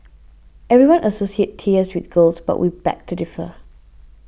everyone associates tears with girls but we beg to differ